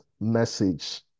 message